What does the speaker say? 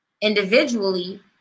individually